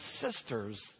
sisters